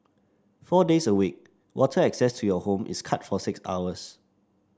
four days a week water access to your home is cut for six hours